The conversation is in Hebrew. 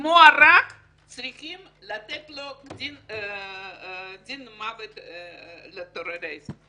אם הוא הרג, צריך לתת דין מוות לטרוריסט.